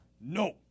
no